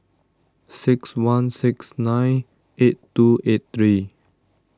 six one six nine eight two eight three